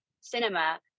cinema